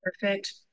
Perfect